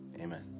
amen